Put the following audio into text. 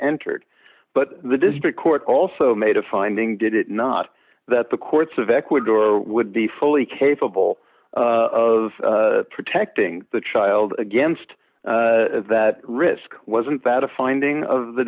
entered but the district court also made a finding did it not that the courts of ecuador would be fully capable of protecting the child against that risk wasn't that a finding of the